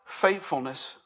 faithfulness